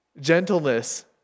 gentleness